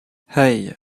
hey